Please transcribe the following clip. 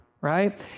right